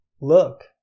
look